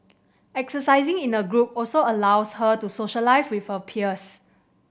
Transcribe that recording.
exercising in a group also allows her to socialise with her peers